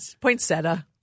Poinsettia